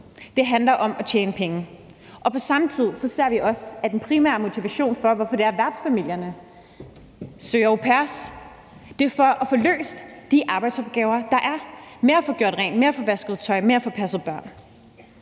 det handler om at tjene penge. Og på samme tid ser vi også, at den primære motivation for, at værtsfamilierne søger au pairer, er at få løst de arbejdsopgaver, der er, med at få gjort rent, med at få vasket tøj, og med at få passet børn.